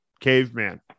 caveman